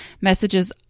messages